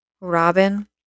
Robin